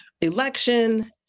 election